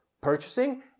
purchasing